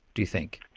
do you think?